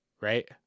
right